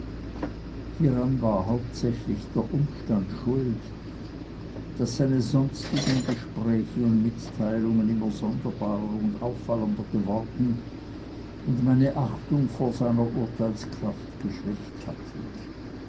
hieran war hauptsächlich der umstand schuld daß seine sonstigen gespräche und mitteilungen immer sonderbarer und auffallender geworden und meine achtung vor seiner urteilskraft geschwächt hatten